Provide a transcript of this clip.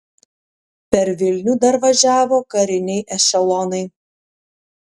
per vilnių dar važiavo kariniai ešelonai